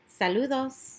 saludos